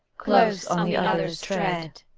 close on the other's tread!